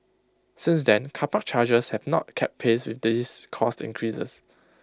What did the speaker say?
since then car park charges have not kept pace with these cost increases